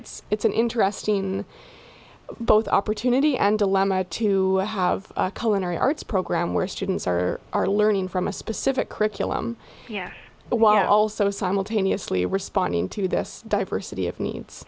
it's it's an interesting both opportunity and dilemma to have a colon arts program where students are are learning from a specific curriculum yet while also simultaneously responding to this diversity of needs